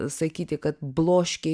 sakyti kad bloškė